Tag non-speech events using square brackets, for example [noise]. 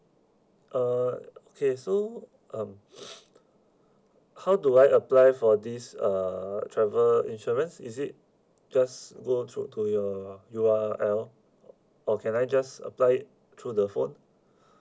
uh okay so um [noise] how do I apply for this uh travel insurance is it just go through to your U_R_L or can I just apply it through the phone [breath]